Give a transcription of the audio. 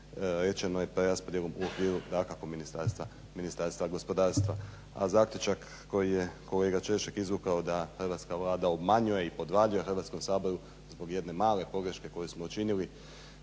rečeno je preraspodjelom u okviru dakako Ministarstva gospodarstva a zaključak koji je kolega Češek izvukao da hrvatska Vlada obmanjuje i podvaljuje Hrvatskom saboru zbog jedne male pogreške koje smo učinili,